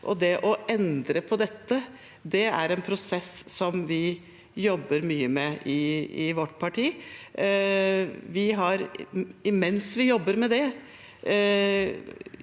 osv. Å endre på dette er en prosess som vi jobber mye med i vårt parti. Mens vi jobber med det,